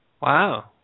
Wow